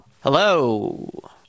hello